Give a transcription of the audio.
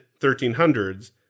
1300s